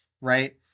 right